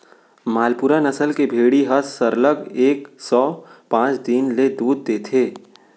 मालपुरा नसल के भेड़ी ह सरलग एक सौ पॉंच दिन ले दूद देथे